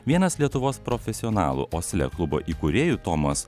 vienas lietuvos profesionalų osle klubo įkūrėjų tomas